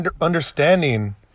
understanding